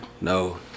No